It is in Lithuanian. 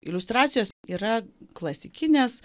iliustracijos yra klasikinės